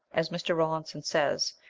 as mr. rawlinson says,